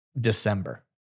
December